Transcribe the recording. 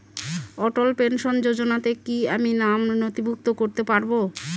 অটল pension যোজনাতে কি আমি নাম নথিভুক্ত করতে পারবো?